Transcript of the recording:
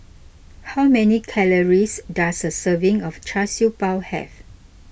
how many calories does a serving of Char Siew Bao have